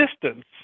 distance